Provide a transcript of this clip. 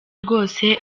rwose